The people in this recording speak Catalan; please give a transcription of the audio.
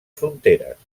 fronteres